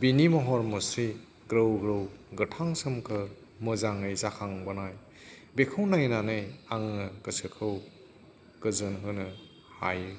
बेनि महर मुस्रि ग्रौ ग्रौ गोथां सोमखोर मोजाङै जाखांबोनाय बेखौ नायनानै आङो गोसोखौ गोजोन होनो हायो